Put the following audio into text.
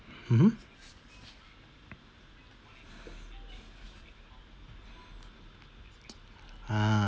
mmhmm ah